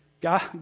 God